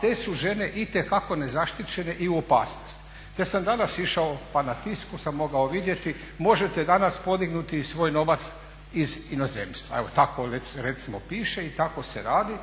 te su žene itekako nezaštićene i u opasnosti. Ja sam danas išao pa na Tisku sam mogao vidjeti možete danas podignuti i svoj novac iz inozemstva, evo tako recimo piše i tako se radi